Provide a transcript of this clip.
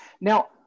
Now